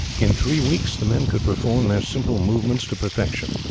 in three weeks the men could perform their simple movements to perfection,